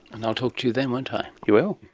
and i'll talk to you then, won't i! you will.